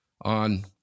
on